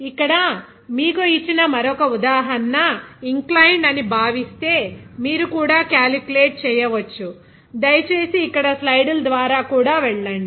ఇక్కడ మీకు ఇచ్చిన మరొక ఉదాహరణ ఇన్ క్లయిన్ద్ అని భావిస్తే మీరు కూడా క్యాలిక్యులేట్ చేయవచ్చు దయచేసి ఇక్కడ స్లైడ్ల ద్వారా కూడా వెళ్ళండి